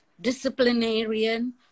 disciplinarian